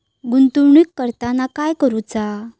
गुंतवणूक करताना काय करुचा?